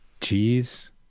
Cheese